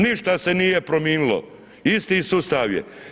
Ništa se nije promijenilo, isti sustav je.